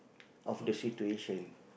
of the situation